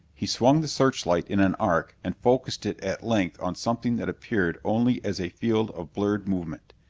he swung the searchlight in an arc and focussed it at length on something that appeared only as a field of blurred movement.